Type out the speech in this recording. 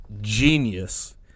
genius